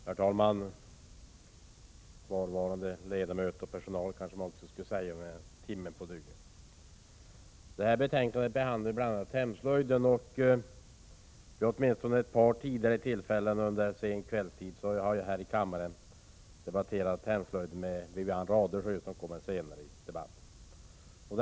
Herr talman! ”Kvarvarande ledamöter och personal!” , kanske man också skulle säga vid den här timmen på dygnet. I det här betänkandet behandlas bl.a. hemslöjden. Vid åtminstone ett par tillfällen tidigare har jag här i kammaren under sen kvällstid debatterat hemslöjden med Wivi-Anne Radesjö, som kommer senare i debatten.